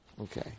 Okay